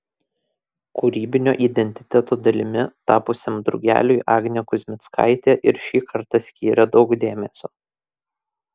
kūrybinio identiteto dalimi tapusiam drugeliui agnė kuzmickaitė ir šį kartą skyrė daug dėmesio